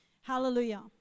Hallelujah